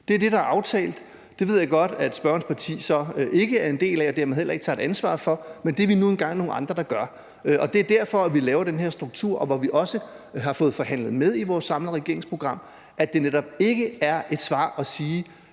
Det er det, der er aftalt. Det ved jeg godt at spørgerens parti så ikke er en del af og dermed heller ikke tager et ansvar for, men det er vi nu engang nogle andre der gør. Det er derfor, vi laver den her struktur, hvor vi også har fået forhandlet med i vores samlede regeringsprogram, at det netop ikke er et svar at sige,